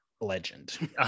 Legend